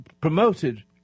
promoted